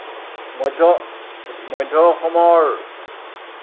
মধ্য এইটো মধ্য অসমৰ